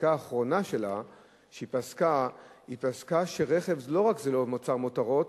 בפסיקה האחרונה שלה היא פסקה שרכב לא רק שהוא לא מוצר מותרות,